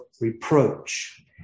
reproach